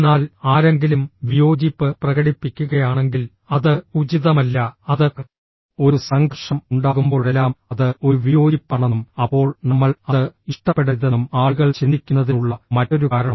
എന്നാൽ ആരെങ്കിലും വിയോജിപ്പ് പ്രകടിപ്പിക്കുകയാണെങ്കിൽ അത് ഉചിതമല്ല അത് ഒരു സംഘർഷം ഉണ്ടാകുമ്പോഴെല്ലാം അത് ഒരു വിയോജിപ്പാണെന്നും അപ്പോൾ നമ്മൾ അത് ഇഷ്ടപ്പെടരുതെന്നും ആളുകൾ ചിന്തിക്കുന്നതിനുള്ള മറ്റൊരു കാരണം